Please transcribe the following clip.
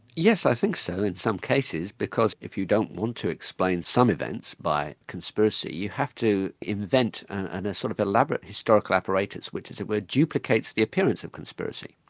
yes, i think so in some cases, because if you don't want to explain some events by conspiracy, you have to invent and a sort of elaborate historical apparatus which as it were, duplicates the appearance of conspiracy